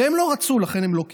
הם לא רצו ולכן הם לא קיצרו.